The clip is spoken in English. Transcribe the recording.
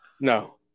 No